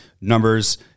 numbers